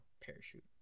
parachute